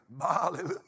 hallelujah